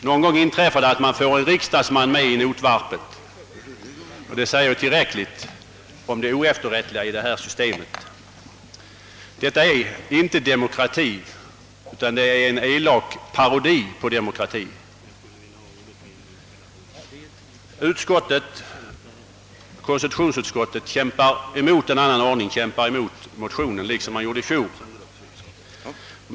Någon gång inträffar att man får en riksdagsman med i notvarpet, och det säger tillräckligt om det oefterrättliga i systemet. Detta är inte demokrati utan en elak parodi på demokrati. Konstitutionsutskottet kämpar nu emot motionen liksom man gjorde i fjol.